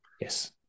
Yes